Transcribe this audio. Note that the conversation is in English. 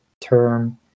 term